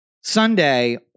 Sunday